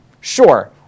Sure